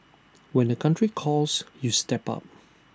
when the country calls you step up